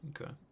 Okay